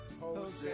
Jose